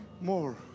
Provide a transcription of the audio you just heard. More